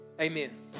Amen